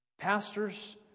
Pastors